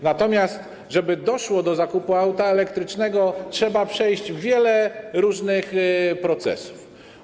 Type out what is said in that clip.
Natomiast żeby doszło do zakupu auta elektrycznego, musimy przejść wiele różnych procesów.